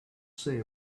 say